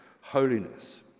holiness